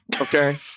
okay